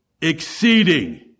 exceeding